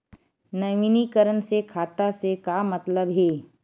नवीनीकरण से खाता से का मतलब हे?